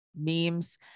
memes